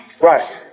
Right